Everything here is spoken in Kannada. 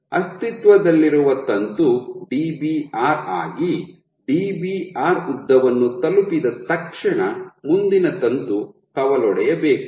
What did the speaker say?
ಅಸ್ತಿತ್ವದಲ್ಲಿರುವ ತಂತು Dbr ಆಗಿ Dbr ಉದ್ದವನ್ನು ತಲುಪಿದ ತಕ್ಷಣ ಮುಂದಿನ ತಂತು ಕವಲೊಡೆಯಬೇಕು